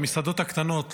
המסעדות הקטנות,